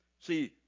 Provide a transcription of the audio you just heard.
See